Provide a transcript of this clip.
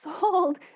sold